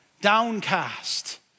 downcast